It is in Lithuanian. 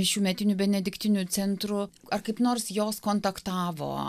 šiųmetinių benediktinių centru ar kaip nors jos kontaktavo